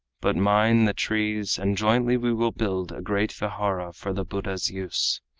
but mine the trees, and jointly we will build a great vihara for the buddha's use.